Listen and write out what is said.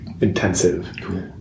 intensive